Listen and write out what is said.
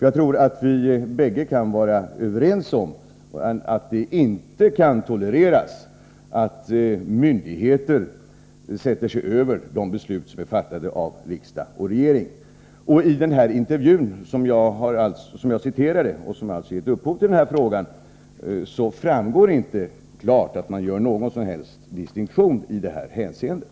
Jag tror att vi kan vara överens om att det inte kan tolereras att myndigheter sätter sig över de beslut som är fattade av riksdag och regering. Jag vill tillägga att det av den intervju som jag åberopade och som gett upphov till den här frågan inte framgår klart om man gör någon som helst distinktion i det här hänseendet.